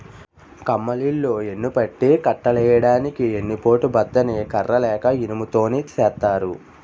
కమ్మలిల్లు యెన్నుపట్టి కట్టులెయ్యడానికి ఎన్ని పోటు బద్ద ని కర్ర లేక ఇనుము తోని సేత్తారు